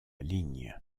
ligne